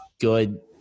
good